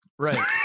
Right